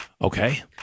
Okay